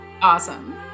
Awesome